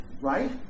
right